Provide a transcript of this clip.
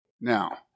Now